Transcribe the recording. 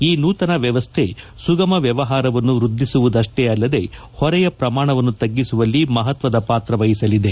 ಈ ನೂತನ ವ್ಯವಸ್ಥೆ ಸುಗಮ ವ್ಯವಹಾರವನ್ನು ವೃದ್ಧಿಸುವುದಷ್ಷೇ ಅಲ್ಲದೆ ಹೊರೆಯ ಪ್ರಮಾಣವನ್ನು ತಗ್ಗಿಸುವಲ್ಲಿ ಮಹತ್ವದ ಪಾತ್ರವಹಿಸಲಿದೆ